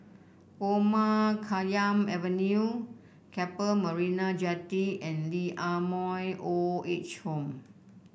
Omar Khayyam Avenue Keppel Marina Jetty and Lee Ah Mooi Old Age Home